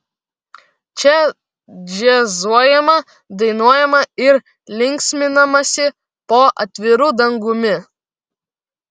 čia džiazuojama dainuojama ir linksminamasi po atviru dangumi